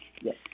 Yes